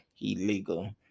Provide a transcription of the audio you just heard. illegal